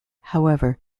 however